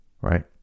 right